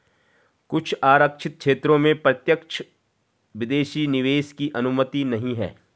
कुछ आरक्षित क्षेत्रों में प्रत्यक्ष विदेशी निवेश की अनुमति नहीं है